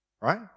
right